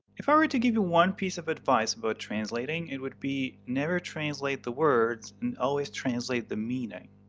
if i were to give you one piece of advice about translating, it would be never translate the words, and always translate the meaning.